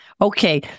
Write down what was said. Okay